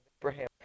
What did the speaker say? Abraham